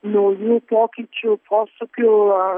naujų pokyčių posūkių